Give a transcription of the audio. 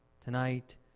tonight